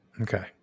Okay